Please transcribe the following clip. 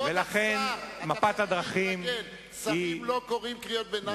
תתחיל להתרגל, שרים לא קוראים קריאות ביניים.